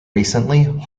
recently